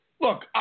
Look